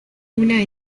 una